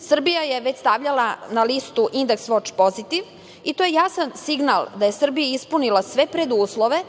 Srbija je već stavljala na listu „Index Watch Positive“ i to je jasan signal da je Srbija ispunila sve preduslove